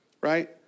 right